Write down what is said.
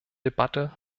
debatte